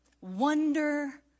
wonder